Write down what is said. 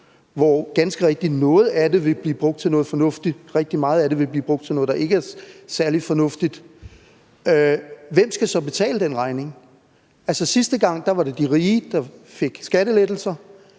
det ganske rigtigt vil blive brugt til noget fornuftigt og rigtig meget af det vil blive brugt til noget, der ikke er særlig fornuftigt, hvem skal så betale den regning? Sidste gang var det de rige, der fik skattelettelser.